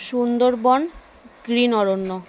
Sundarban green Aranya